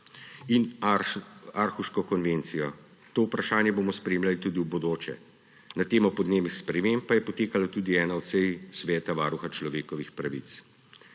in Aarhuško konvencijo. To vprašanje bomo spremljali tudi v bodoče. Na temo podnebnih sprememb pa je potekala tudi ena od sej Sveta varuha za človekove pravice.